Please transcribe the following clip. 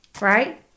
right